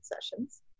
Sessions